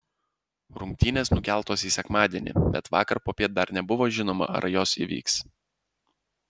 rungtynės nukeltos į sekmadienį bet vakar popiet dar nebuvo žinoma ar jos įvyks